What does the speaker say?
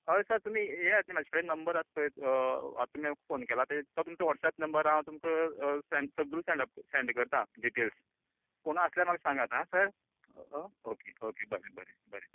हय सर तुमी येयात म्हाज कडेन नंबर आसा पळय आतां तुमी फोन केला तो व्हॉट्सॅप नंबर हांव तुमका सगली सेन्डप सेन्ड करता डिटैल्स कोणी आसल्यार म्हाका सांगात हां सर ओके ओके बरें बरें बरें